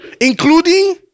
including